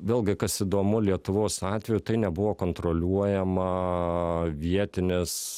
vėlgi kas įdomu lietuvos atveju tai nebuvo kontroliuojama vietinės